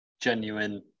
genuine